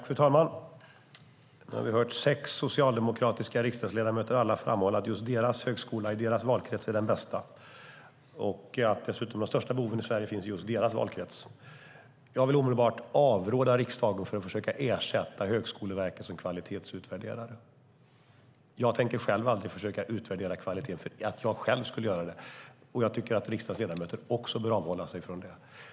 Fru talman! Nu har vi hört sex socialdemokratiska riksdagsledamöter framhålla att just deras högskola i deras valkrets är den bästa och dessutom att de största behoven i Sverige finns i just deras valkrets. Jag vill omedelbart avråda riksdagen från att försöka ersätta Högskoleverket som kvalitetsutvärderare. Jag tänker själv aldrig försöka utvärdera kvalitet, och jag tycker att riksdagens ledamöter också bör avhålla sig från att göra det.